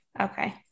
Okay